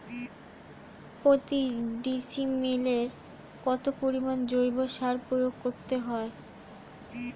প্রতি ডিসিমেলে কত পরিমাণ জৈব সার প্রয়োগ করতে হয়?